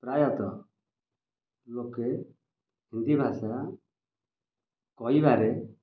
ପ୍ରାୟତଃ ଲୋକେ ହିନ୍ଦୀ ଭାଷା କହିବାରେ